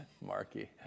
Marky